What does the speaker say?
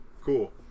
Cool